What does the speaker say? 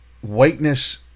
Whiteness